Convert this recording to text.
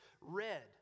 red